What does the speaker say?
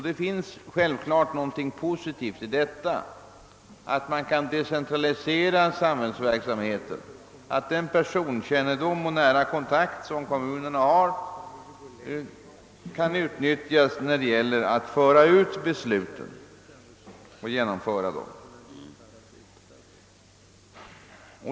Det finns självklart någonting positivt i detta, att man kan decentralisera samhällsverksamheten, att den personkännedom och nära kontakt som kommunerna har kan utnyttjas när det gäller att föra ut besluten och genomföra dem.